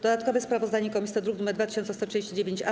Dodatkowe sprawozdanie komisji to druk nr 2139-A.